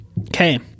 Okay